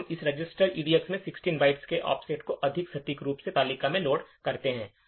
तब हम इस रजिस्टर EDX में 16 बाइट्स के ऑफसेट को अधिक सटीक रूप से तालिका में लोड करते हैं